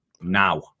now